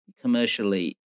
commercially